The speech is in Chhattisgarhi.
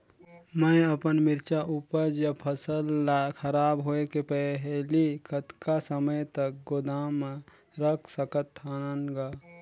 मैं अपन मिरचा ऊपज या फसल ला खराब होय के पहेली कतका समय तक गोदाम म रख सकथ हान ग?